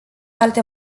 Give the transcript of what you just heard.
alte